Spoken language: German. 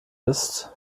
ist